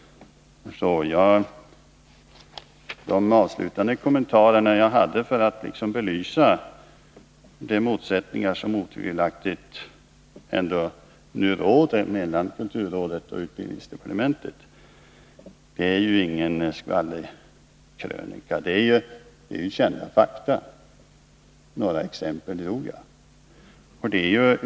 Mina avslutande kommentarer för att belysa de motsättningar som otvivelaktigt råder mellan kulturrådet och utbildningsdepartementet är inte någon skvallerkrönika — de gällde kända fakta. Jag anförde några exempel.